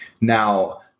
now